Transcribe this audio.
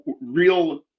real